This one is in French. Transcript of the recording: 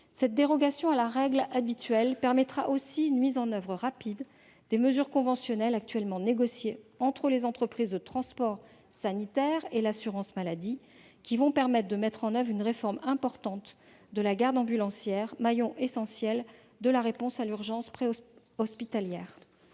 Cette dérogation à la règle habituelle permettra aussi une mise en oeuvre rapide des mesures conventionnelles actuellement négociées entre les entreprises de transport sanitaire et l'assurance maladie, qui permettront de mettre en oeuvre une réforme importante de la garde ambulancière, maillon essentiel de la réponse à l'urgence préhospitalière.